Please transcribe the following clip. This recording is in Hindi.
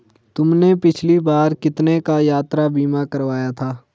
तुमने पिछली बार कितने का यात्रा बीमा करवाया था?